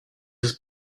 his